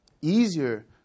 easier